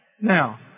Now